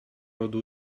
рода